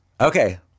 Okay